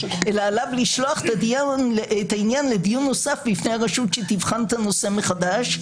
אלא עליו לשלוח את העניין לדיון נוסף בפני הרשות שתבחן את הנושא מחדש,